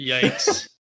Yikes